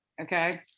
Okay